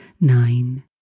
nine